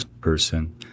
person